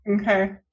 Okay